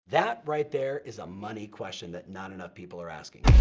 that right there is a money question that not enough people are asking.